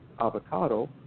avocado